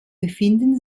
befinden